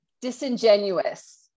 Disingenuous